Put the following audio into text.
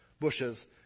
bushes